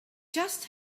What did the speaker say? just